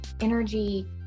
energy